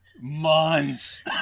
months